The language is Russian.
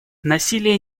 насилие